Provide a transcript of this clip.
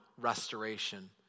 restoration